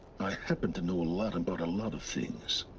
happen to know a lot about a lot of things